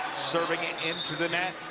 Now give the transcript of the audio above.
serving into the net.